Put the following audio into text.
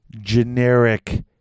generic